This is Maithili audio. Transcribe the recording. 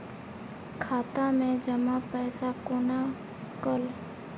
खाता मैं जमा पैसा कोना कल